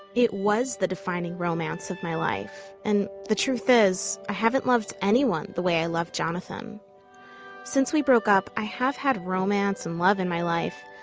it was the defining romance of my life. and the truth is, i haven't loved anyone the way i loved jonathan since we broke up, i have had romance and love in my life.